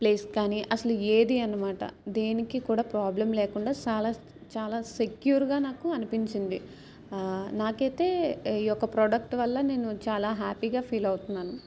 place కానీ అసలు ఏది అనమాట దేనికి కూడా ప్రాబ్లం లేకుండా చాలా చాలా సెక్యూర్గా నాకు అనిపించింది నాకైతే ఈ యొక్క ప్రోడక్ట్ వల్ల నేను చాలా హ్యాపీగా ఫీల్ అవుతున్నాను